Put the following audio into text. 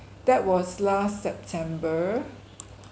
that was last september